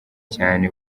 cyane